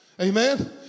Amen